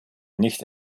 nicht